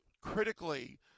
critically